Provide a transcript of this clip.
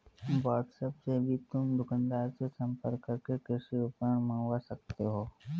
WhatsApp से भी तुम दुकानदार से संपर्क करके कृषि उपकरण मँगवा सकते हो